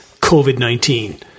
COVID-19